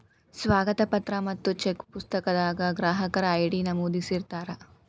ಸ್ವಾಗತ ಪತ್ರ ಮತ್ತ ಚೆಕ್ ಪುಸ್ತಕದಾಗ ಗ್ರಾಹಕರ ಐ.ಡಿ ನಮೂದಿಸಿರ್ತಾರ